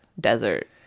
desert